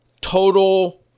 total